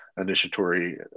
initiatory